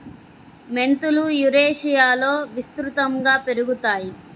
మెంతులు యురేషియాలో విస్తృతంగా పెరుగుతాయి